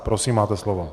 Prosím, máte slovo.